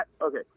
Okay